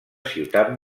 ciutat